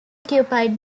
occupied